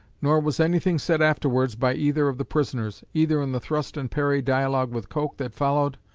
nor was anything said afterwards by either of the prisoners, either in the thrust-and-parry dialogue with coke that followed,